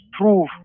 proof